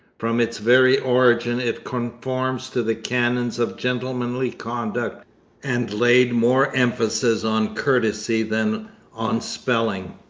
from its very origin it conformed to the canons of gentlemanly conduct and laid more emphasis on courtesy than on spelling.